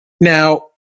Now